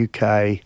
UK